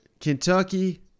Kentucky